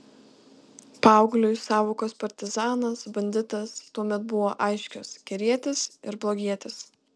paaugliui sąvokos partizanas banditas tuomet buvo aiškios gerietis ir blogietis